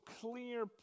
clear